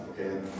okay